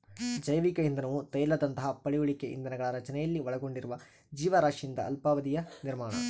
ಜೈವಿಕ ಇಂಧನವು ತೈಲದಂತಹ ಪಳೆಯುಳಿಕೆ ಇಂಧನಗಳ ರಚನೆಯಲ್ಲಿ ಒಳಗೊಂಡಿರುವ ಜೀವರಾಶಿಯಿಂದ ಅಲ್ಪಾವಧಿಯ ನಿರ್ಮಾಣ